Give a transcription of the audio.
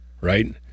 right